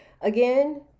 Again